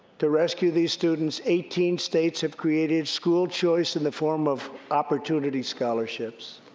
to rescue these students, eighteen states have created school choice in the form of opportunity scholarships.